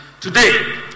today